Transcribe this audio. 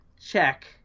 Check